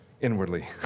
inwardly